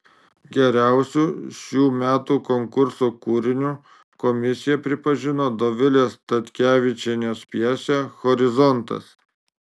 geriausiu šių metų konkurso kūriniu komisija pripažino dovilės statkevičienės pjesę horizontas